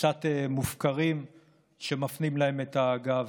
קצת מופקרים ושמפנים להם את הגב.